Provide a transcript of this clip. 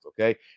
okay